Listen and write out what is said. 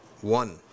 one